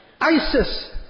Isis